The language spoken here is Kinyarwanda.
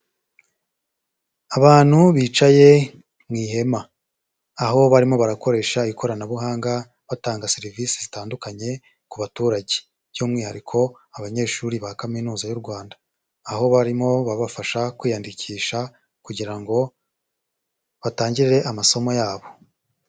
Abantu bicaye mu ihema. Aho barimo barakoresha ikoranabuhanga batanga serivisi zitandukanye ku baturage, by'umwihariko abanyeshuri ba kaminuza y'u Rwanda. Aho barimo babafasha kwiyandikisha kugirango batangire amasomo yabo.